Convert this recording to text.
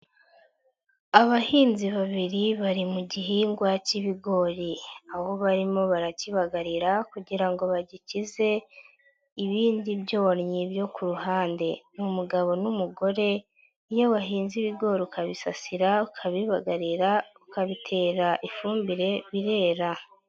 Abahinzi babiri bari mu gihingwa cy'ibigori, aho barimo barakibagarira kugira ngo bagikize ibindi byonnyi byo ku ruhande, ni umugabo n'umugore. Iyo wahinze ibigori ukabisasira, ukabibagarira, ukabitera ifumbire birera.